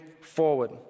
forward